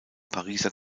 pariser